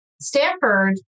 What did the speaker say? Stanford